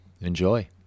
enjoy